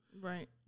Right